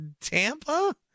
Tampa